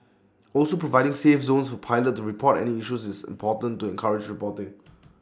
also providing 'safe zones' for pilots to report any issues is important to encourage reporting